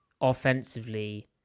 offensively